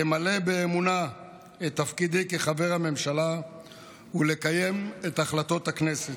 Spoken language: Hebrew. למלא באמונה את תפקידי כחבר הממשלה ולקיים את החלטות הכנסת.